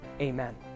Amen